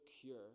cure